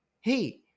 hey